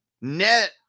Net